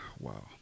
Wow